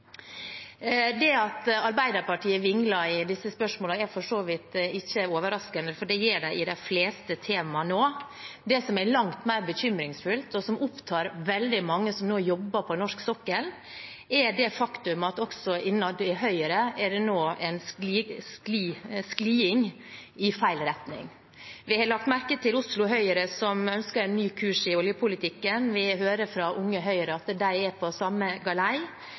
Det at Arbeiderpartiet vingler i disse spørsmålene, er for så vidt ikke overraskende, for det gjør de i de fleste tema nå. Det som er langt mer bekymringsfullt, og som opptar veldig mange som nå jobber på norsk sokkel, er det faktum at også innad i Høyre sklir man nå i feil retning. Vi har lagt merke til Oslo Høyre, som ønsker ny kurs i oljepolitikken. Vi hører fra Unge Høyre at de er på samme galei.